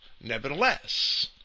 nevertheless